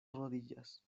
rodillas